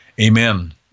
Amen